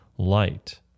light